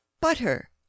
Butter